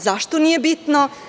Zašto nije bitno?